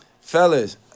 fellas